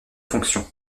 fonction